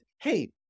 hey